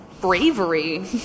bravery